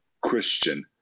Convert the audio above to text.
Christian